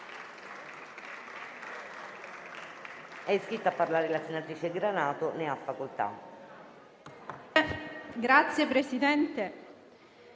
È iscritta a parlare la senatrice Granato. Ne ha facoltà.